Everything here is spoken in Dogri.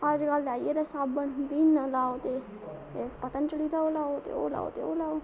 अज्ज्कल ते आई गेदा साबन वीम लाओ ते पतंजलि दा ओह् लाओ ते ओह् लाओ